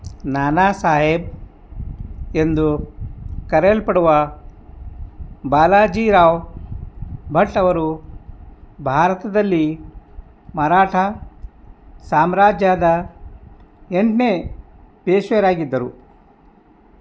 ನಾನಾ ಸಾಹೇಬ್ ಎಂದು ಕರೆಯಲ್ಪಡುವ ಬಾಲಾಜಿರಾವ್ ಭಟ್ ಅವರು ಭಾರತದಲ್ಲಿ ಮರಾಠಾ ಸಾಮ್ರಾಜ್ಯದ ಎಂಟನೇ ಪೇಶ್ವರಾಗಿದ್ದರು